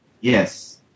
Yes